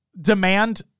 Demand